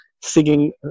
singing